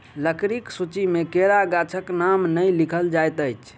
लकड़ीक सूची मे केरा गाछक नाम नै लिखल जाइत अछि